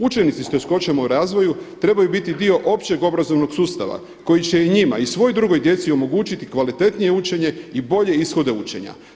Učenici s teškoćama u razvoju trebaju biti dio općeg obrazovnog sustava koji će i njima i svoj drugoj djeci omogućiti kvalitetnije učenje i bolje ishode učenja.